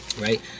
Right